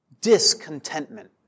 discontentment